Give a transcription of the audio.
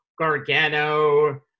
Gargano